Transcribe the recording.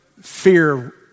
fear